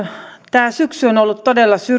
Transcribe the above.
tämä syksy on ollut todella